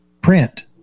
print